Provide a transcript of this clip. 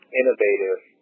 innovative